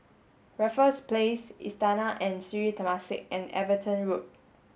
Raffles Place Istana and Sri Temasek and Everton Road